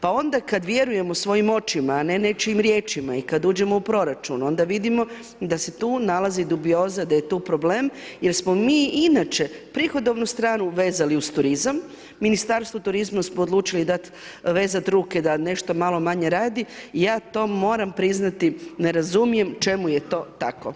Pa onda kad vjerujemo svojim očima, a ne nečijim riječima i kad uđemo u proračun onda vidimo da se tu nalazi dubioza, da je tu problem, jer smo mi inače prihodovnu stranu vezali uz turizam, Ministarstvu turizma smo odlučili dat, vezat ruke da nešto malo manje radi i ja to moram priznati ne razumijem čemu je to tako.